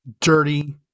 dirty